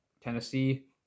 Tennessee